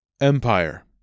Empire